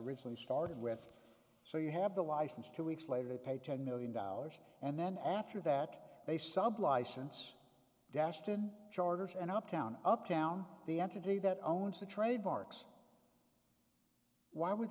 originally started with so you have the license two weeks later to pay ten million dollars and then after that they sublet i sense destine charters and uptown uptown the entity that owns the trademarks why would